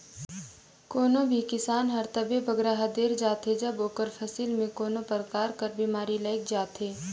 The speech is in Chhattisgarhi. कोनो भी किसान हर तबे बगरा हदेर जाथे जब ओकर फसिल में कोनो परकार कर बेमारी लइग जाथे